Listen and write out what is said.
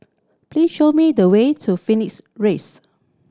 please show me the way to Phoenix raise